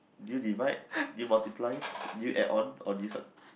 did you divide did you multiply did you add on or did you sub